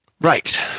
Right